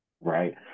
right